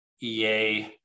EA